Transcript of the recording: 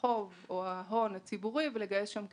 החוב או ההון הציבורי ולגייס שם כסף,